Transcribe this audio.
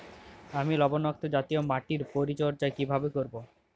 আমি লবণাক্ত জাতীয় মাটির পরিচর্যা কিভাবে করব?